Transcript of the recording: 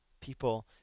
people